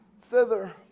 thither